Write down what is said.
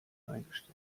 eingestellt